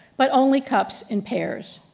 but only cups in pairs.